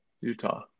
Utah